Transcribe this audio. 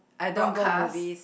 I don't go movies